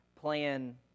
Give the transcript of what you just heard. plan